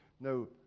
No